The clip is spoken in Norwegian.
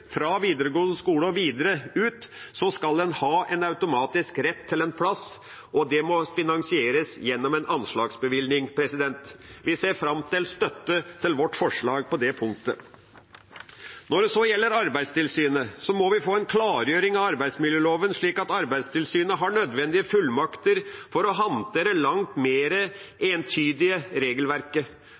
fra videregående skole og videre ut. Dette må finansieres gjennom en anslagsbevilgning. Vi ser fram til støtte til vårt forslag på det punktet. Når det så gjelder Arbeidstilsynet, må vi få en klargjøring av arbeidsmiljøloven, slik at Arbeidstilsynet har nødvendige fullmakter til å håndtere et langt mer entydig regelverk. Et langt mer entydig regelverk er viktig for Arbeidstilsynet. Det er et stort behov for å gjøre regelverket